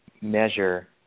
measure